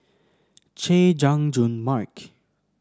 Chay Jung Jun Mark